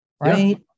right